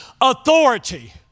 authority